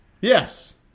yes